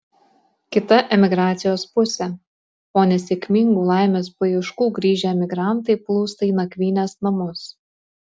kita emigracijos pusė po nesėkmingų laimės paieškų grįžę emigrantai plūsta į nakvynės namus